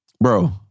bro